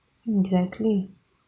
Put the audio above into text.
exactly